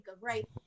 right